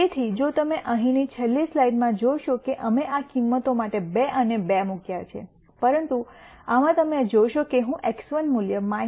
તેથી જો તમે અહીંની છેલ્લી સ્લાઈડમાં જોશો કે અમે આ કિંમતો માટે 2 અને 2 મૂક્યા છે પરંતુ આમાં તમે જોશો કે હું x1 મૂલ્ય 0